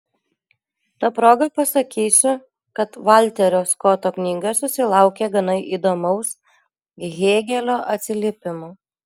ta proga pasakysiu kad valterio skoto knyga susilaukė gana įdomaus hėgelio atsiliepimo